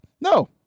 no